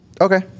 Okay